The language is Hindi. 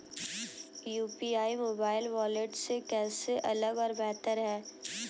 यू.पी.आई मोबाइल वॉलेट से कैसे अलग और बेहतर है?